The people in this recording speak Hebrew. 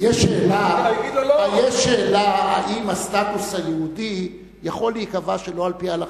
יש שאלה אם הסטטוס היהודי יכול להיקבע שלא על-פי ההלכה,